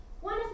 One